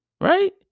right